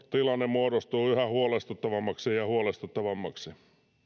muodostuu yhä huolestuttavammaksi ja huolestuttavammaksi